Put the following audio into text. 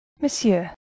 Monsieur